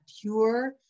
pure